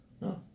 No